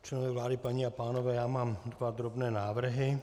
Členové vlády, paní a pánové, já mám dva drobné návrhy.